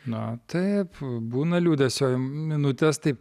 na taip būna liūdesio minutės taip